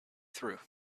through